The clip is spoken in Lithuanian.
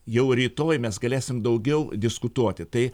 jau rytoj mes galėsim daugiau diskutuoti tai